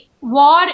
war